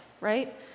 right